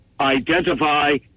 identify